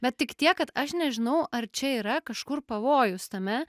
bet tik tiek kad aš nežinau ar čia yra kažkur pavojus tame